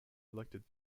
elected